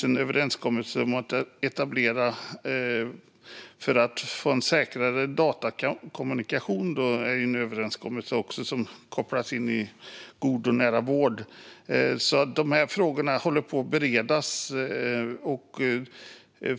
En överenskommelse om att etablera en säkrare datakommunikation är också någonting som kopplas in i God och nära vård. De här frågorna håller på att beredas.